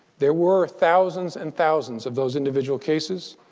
there were thousands and thousands of those individual cases.